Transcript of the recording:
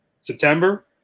September